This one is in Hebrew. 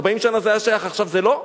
40 שנה זה היה שייך, עכשיו זה לא?